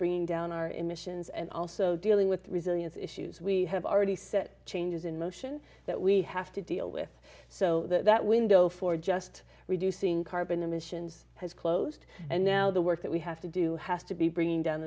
bringing down our emissions and also dealing with resilience issues we have already set changes in motion that we have to deal with so that window for just reducing carbon emissions has closed and now the work that we have to do has to be bringing down